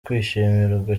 kwishimirwa